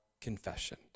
confession